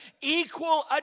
equal